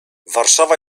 warszawa